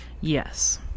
yes